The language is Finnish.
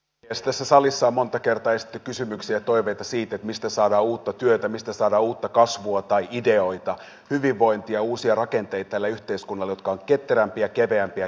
tässä salissa on monta kertaa esitetty kysymyksiä ja toiveita siitä mistä saadaan uutta työtä mistä saadaan tälle yhteiskunnalle uutta kasvua tai ideoita hyvinvointia ja uusia rakenteita jotka ovat ketterämpiä keveämpiä kestävämpiä